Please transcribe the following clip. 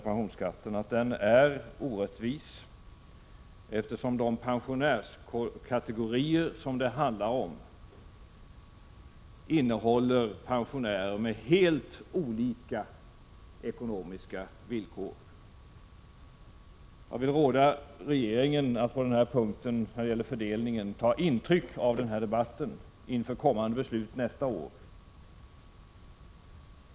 Pensionsskatten är orättvis, eftersom de pensionärskategorier som det handlar om är pensionärer med helt olika ekonomiska villkor. Jag vill råda regeringen att när det gäller fördelningen ta intryck av den här debatten inför kommande beslut nästa år.